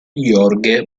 jorge